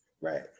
Right